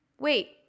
wait